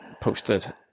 posted